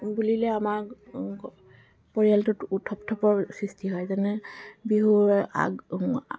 বুলিলে আমাৰ পৰিয়ালটোত উথপথপৰ সৃষ্টি হয় যেনে বিহুৰ আগ